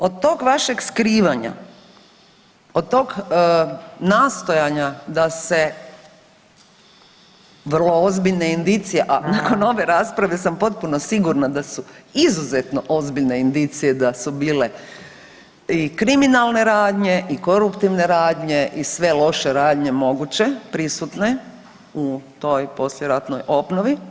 Od tog vašeg skrivanja, od tog nastojanja da se vrlo ozbiljne indicije, a nakon ove rasprave sam potpuno sigurna da su izuzetno ozbiljne indicije da su bile i kriminalne radnje, i koruptivne radnje i sve loše radnje moguće prisutne u toj poslijeratnoj obnovi.